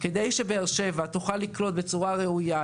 כדי שבאר שבע תוכל לקלוט בצורה ראויה,